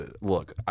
look